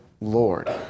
Lord